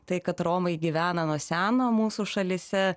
tai kad romai gyvena nuo seno mūsų šalyse